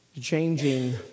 changing